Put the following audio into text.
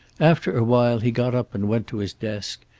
after a while he got up and went to his desk,